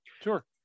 Sure